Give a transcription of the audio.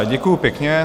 Děkuji pěkně.